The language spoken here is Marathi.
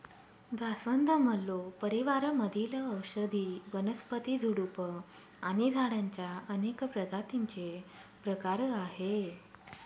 जास्वंद, मल्लो परिवार मधील औषधी वनस्पती, झुडूप आणि झाडांच्या अनेक प्रजातींचे प्रकार आहे